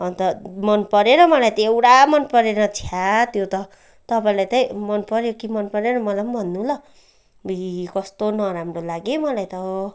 अन्त मन परेन मलाई त एउटा मन परेन छ्या त्यो त तपाईँलाई चाहिँ मनपऱ्यो कि मनपरेन मलाई पनि भन्नु ल अब्बुई कस्तो नराम्रो लाग्यो है मलाई त